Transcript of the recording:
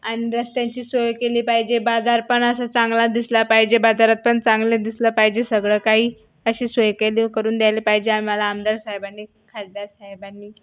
आणि रस्त्यांची सोय केली पाहिजे बाजार पण असा चांगला दिसला पाहिजे बाजारात पण चांगले दिसलं पाहिजे सगळं काही अशी सोय केली व करून द्यायला पाहिजे आम्हाला आमदार साहेबांनी खासदार साहेबांनी